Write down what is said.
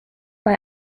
bei